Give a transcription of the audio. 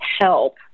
help